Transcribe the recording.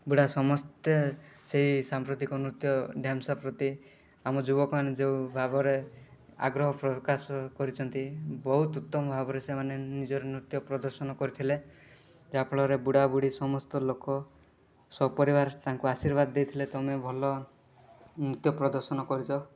ବୁଢା ସମସ୍ତେ ସେଇ ସାମ୍ପ୍ରତିକ ନୃତ୍ୟ ଡେମସା ପ୍ରତି ଆମ ଯୁବକମାନେ ଯେଉଁ ଭାବରେ ଆଗ୍ରହ ପ୍ରକାଶ କରିଛନ୍ତି ବହୁତ ଉତ୍ତମ ଭାବରେ ସେମାନେ ନିଜର ନୃତ୍ୟ ପ୍ରଦର୍ଶନ କରିଥିଲେ ଯାହାଫଳରେ ବୁଢ଼ାବୁଢ଼ୀ ସମସ୍ତ ଲୋକ ସପରିବାର ତାଙ୍କୁ ଆଶୀର୍ବାଦ ଦେଇଥିଲେ ତୁମେ ଭଲ ନୃତ୍ୟ ପ୍ରଦର୍ଶନ କରିଛ